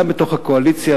גם בתוך הקואליציה,